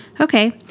Okay